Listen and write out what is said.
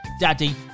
Daddy